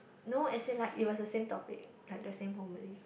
no as in like it was the same topic like the same homily